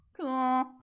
cool